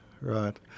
Right